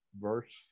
verse